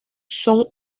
son